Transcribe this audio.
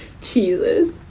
Jesus